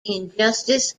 injustice